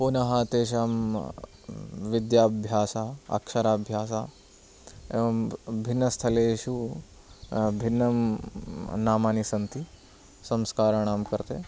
पुनः तेषां विद्याभ्यासः अक्षराभ्यासः एवं भिन्नस्थलेषु भिन्नं नामानि सन्ति संस्कारणां कृते